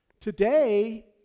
Today